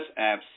apps